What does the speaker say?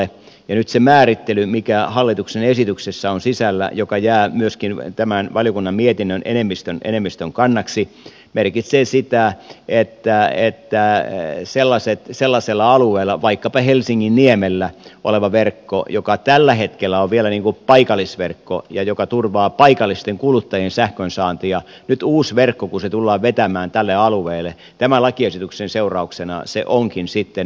nyt se määrittely mikä hallituksen esityksessä on sisällä ja mikä jää myöskin tämän valiokunnan mietinnön enemmistön kannaksi merkitsee sitä että sellaisella alueella vaikkapa helsinginniemellä oleva verkko joka tällä hetkellä on vielä paikallisverkko ja turvaa paikallisten kuluttajien sähkönsaantia nyt uusi verkko kun se tullaan vetämään tälle alueelle tämän lakiesityksen seurauksena onkin sitten valtakunnallinen kantaverkko